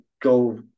go